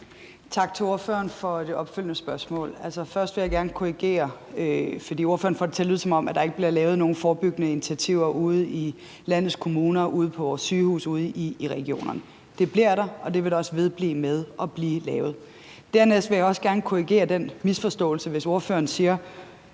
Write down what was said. Tak til spørgeren for det opfølgende spørgsmål. Altså, først vil jeg gerne korrigere en ting, for ordføreren får det til at lyde, som om der ikke bliver lavet nogen forebyggende initiativer ude i landets kommuner, ude på vores sygehuse, ude i regionerne. Det bliver der, og det vil der også vedblive at blive lavet. Dernæst vil jeg også gerne korrigere en misforståelse, hvis ordføreren siger,